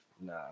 Nah